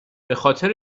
خاطر